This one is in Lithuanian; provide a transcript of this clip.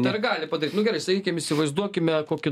dar gali padaryt nu gerai sakykim įsivaizduokime kokį